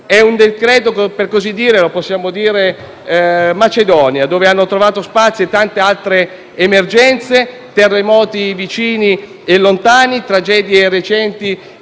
È un decreto per così dire «macedonia», nel quale hanno trovato spazio tante altre emergenze, terremoti vicini e lontani, tragedie recenti